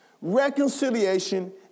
reconciliation